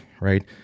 right